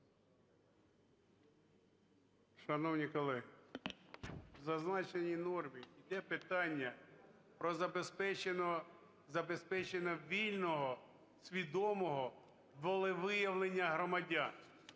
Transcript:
Шановні колеги, в зазначеній нормі іде питання про забезпечення вільного, свідомого волевиявлення громадян.